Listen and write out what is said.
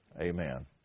Amen